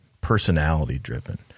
personality-driven